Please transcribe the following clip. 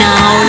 Now